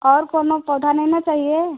और कोई पौधा नहीं ना चाहिए